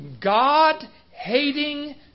God-hating